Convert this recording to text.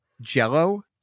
jello